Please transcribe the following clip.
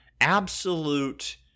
absolute